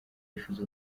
yifuza